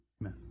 amen